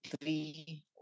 three